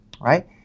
right